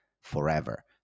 forever